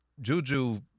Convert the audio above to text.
Juju